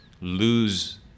lose